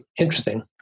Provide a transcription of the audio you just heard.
interesting